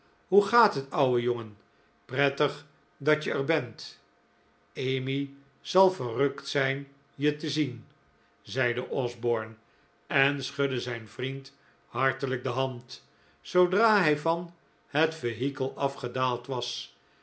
hoe gaat het ouwe jongen prettig dat je er bent emmy zal verrukt zijn je te zien zeide osborne en schudde zijn vriend hartelijk de hand zoodra hij van het vehikel afgedaald was